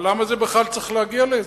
אבל למה זה בכלל צריך להגיע לזה?